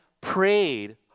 prayed